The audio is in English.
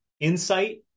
insight